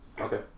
Okay